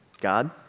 God